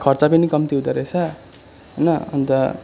खर्चा पनि कम्ती हुँदारहेछ होइन अन्त